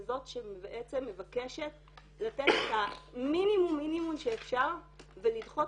כזאת שמבקשת לתת את המינימום שאפשר ולדחות